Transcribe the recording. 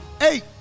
Eight